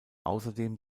außerdem